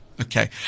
Okay